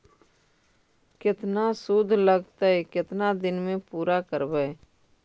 केतना शुद्ध लगतै केतना दिन में पुरा करबैय?